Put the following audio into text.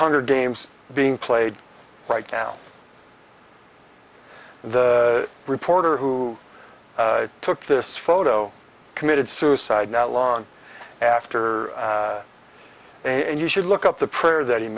hunger games being played right now the reporter who took this photo committed suicide not long after and you should look up the prayer that he